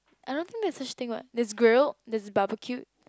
I don't think there is such thing what there is grilled there is barbeque